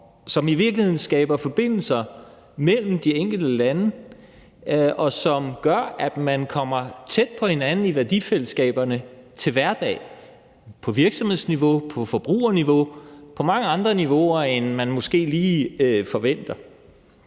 som i virkeligheden skaber forbindelser mellem de enkelte lande, og som gør, at man kommer tæt på hinanden i værdifællesskaberne til hverdag på virksomhedsniveau, på forbrugerniveau og på mange andre niveauer, end man måske lige forventer.